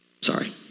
Sorry